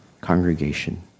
congregation